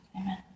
amen